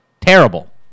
Terrible